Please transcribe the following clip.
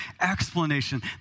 explanation